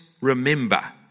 remember